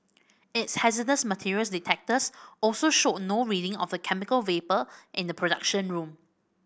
its hazardous materials detectors also showed no reading of the chemical vapour in the production room